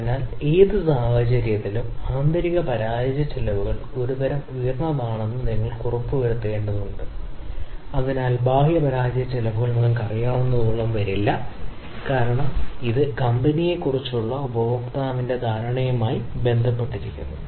അതിനാൽ നിങ്ങൾ ടാർഗെറ്റിന് വളരെ അടുത്തുള്ള ടാർഗെറ്റ് മൂല്യങ്ങൾക്ക് ചുറ്റുമുള്ള ടോളറൻസുകൾ തിരഞ്ഞെടുക്കുക മൂല്യങ്ങൾ അതിനാൽ പാരാമീറ്ററിൽ നിന്നുള്ള ഔട്ട്പുട്ടിൽ നാമമാത്രമായ വ്യത്യാസമുണ്ട് ആദ്യ ഘട്ടത്തിൽ രൂപകൽപ്പന ചെയ്തവയാണ് അത് പ്രത്യേകമായി അനുവദനീയമായി കണക്കാക്കാം ഗുണനിലവാരമുള്ള സിസ്റ്റം